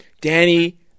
Danny